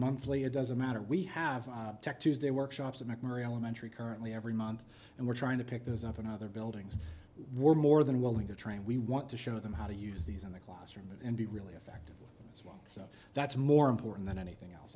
monthly it doesn't matter we have tech tuesday workshops in mcmurray elementary currently every month and we're trying to pick those up in other buildings were more than willing to train we want to show them how to use these in the classroom and be really affect so that's more important than anything else